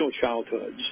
childhoods